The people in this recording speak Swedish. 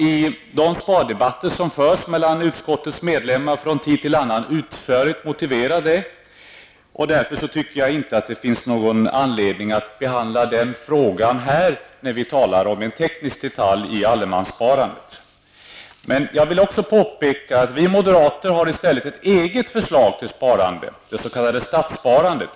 I de spardebatter som har förts mellan utskottets ledamöter har vi från tid till annan utförligt motiverat detta. Därför finns det inte någon anledning att här behandla denna fråga när det rör sig om en teknisk detalj i allemanssparandet. Jag vill emellertid också påpeka att vi moderater har ett eget förslag till sparande, det s.k. statssparandet.